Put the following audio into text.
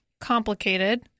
complicated